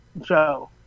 Joe